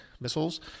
missiles